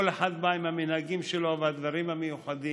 כל אחד בא עם המנהגים שלו והדברים המיוחדים,